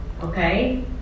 Okay